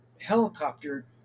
helicopter